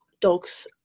dogs